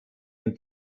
und